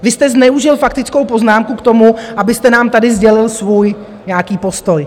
Vy jste zneužil faktickou poznámku k tomu, abyste nám tady sdělil svůj nějaký postoj.